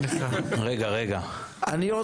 שעברה הייתי חדשה